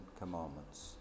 commandments